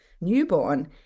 newborn